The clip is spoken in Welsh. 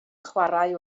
chwarae